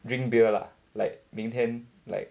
drink beer lah like 明天 like